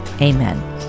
Amen